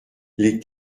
les